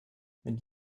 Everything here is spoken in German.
mit